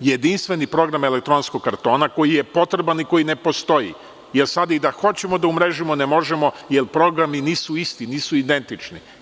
jedinstveni program elektronskog kartona, koji je potreba ni koji ne postoji, jer sad i da hoćemo da umrežimo, ne možemo, jer programi nisu isti, nisu identični.